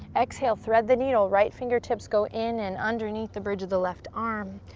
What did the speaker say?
exhale, thread the needle. right fingertips go in and underneath the bridge of the left arm.